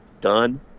done